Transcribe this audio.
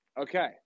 Okay